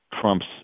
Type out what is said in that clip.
Trump's